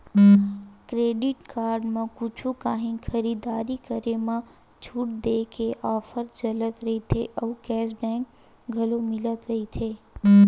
credit card म कुछु काही खरीददारी करे म छूट देय के ऑफर चलत रहिथे अउ केस बेंक घलो मिलत रहिथे